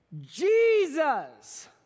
Jesus